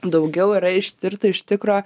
daugiau yra ištirta iš tikro